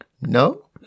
No